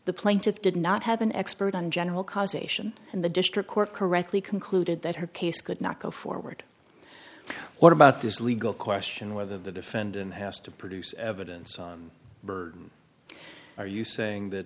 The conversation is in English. the plaintiff did not have an expert on general causation and the district court correctly concluded that her case could not go forward what about this legal question whether the defendant has to produce evidence are you saying that